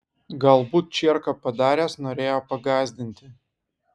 galbūt čierką padaręs norėjo pagąsdinti